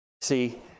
See